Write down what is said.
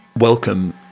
Welcome